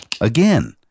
again